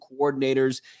coordinators